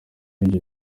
ibyo